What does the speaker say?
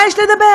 מה יש לדבר?